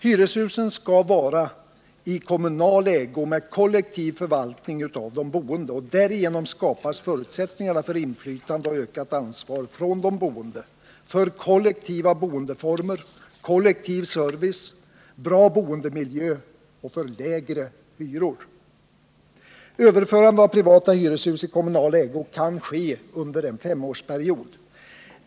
Hyreshusen skall vara i kommunal ägo med kollektiv förvaltning genom de boende. Därigenom skapas förutsättningar för inflytande och ökat ansvar för de boende, för kollektiva boendeformer, kollektiv service, bra bostadsmiljö och lägre hyror. Överförande av privata hyreshus i kommunal ägo kan ske under en femårsperiod.